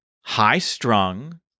high-strung